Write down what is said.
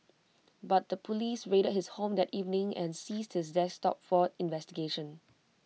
but the Police raided his home that evening and seized his desktop for investigation